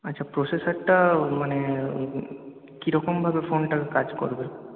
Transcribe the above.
আচ্ছা প্রোসেসরটা মানে কিরকমভাবে ফোনটার কাজ করবে